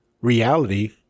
reality